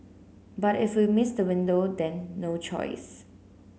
but if we miss the window then no choice